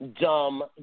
dumb